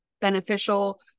beneficial